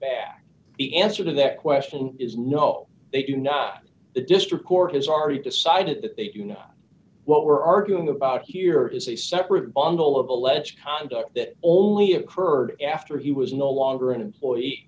to the answer to that question is no they do not the district court has already decided that they do not what we're arguing about here is a separate bundle of alleged conduct that only occurred after he was no longer an employee